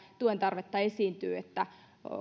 tuen tarpeen esiintymisestä kiinni että